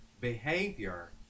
behavior